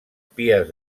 pies